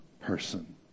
person